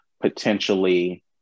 potentially